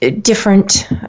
different